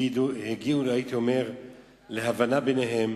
הגיעו להבנה ביניהם